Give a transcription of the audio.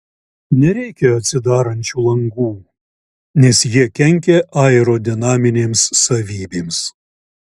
nereikia atsidarančių langų nes jie kenkia aerodinaminėms savybėms